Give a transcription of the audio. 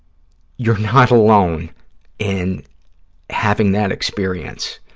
you're not alone in having that experience